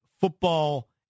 football